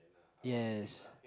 yes